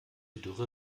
dürre